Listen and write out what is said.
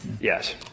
Yes